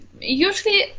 Usually